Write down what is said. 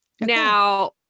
now